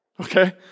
Okay